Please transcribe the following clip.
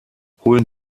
holen